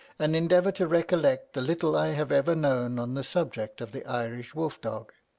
and endeavour to recollect the little i have ever known on the subject of the irish wolf-dog.